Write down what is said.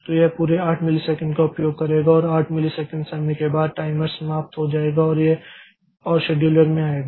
तो यह पूरे 8 मिलीसेकंड का उपयोग करेगा और 8 मिलीसेकंड समय के बाद टाइमर समाप्त हो जाएगा और शेड्यूलर आएगा